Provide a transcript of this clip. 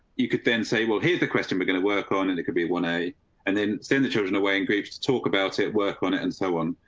you could then say. well, here's the question. we're going to work on. and it could be one a and then stand the children away in groups to talk about it. work on it and so on.